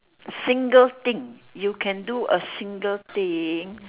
a single thing you can do a single thing